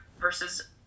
versus